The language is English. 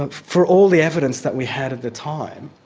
ah for all the evidence that we had at the time,